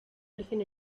origen